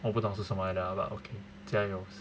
我不懂是什么来的 ah but okay 加油